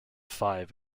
five